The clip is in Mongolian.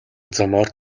замаар